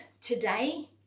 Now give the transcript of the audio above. today